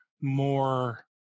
more